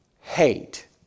hate